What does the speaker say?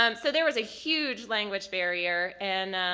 um so there was a huge language barrier. and